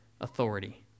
authority